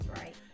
right